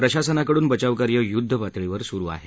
प्रशासनाकडून बचावकार्य युद्धपातळीवर सुरु आहे